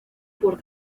por